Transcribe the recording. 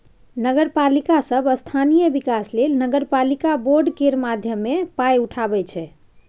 नगरपालिका सब स्थानीय बिकास लेल नगरपालिका बॉड केर माध्यमे पाइ उठाबै छै